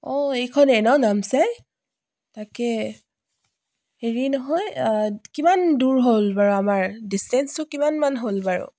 অঁ এইখনেই ন নামচাই তাকে হেৰি নহয় কিমান দূৰ হ'ল বাৰু আমাৰ ডিছটেন্সটো কিমান মান হ'ল বাৰু